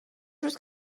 روز